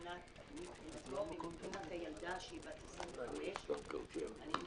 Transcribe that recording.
מבחינתו ומבחינת הילדה שהיא בת 25. ניסיתי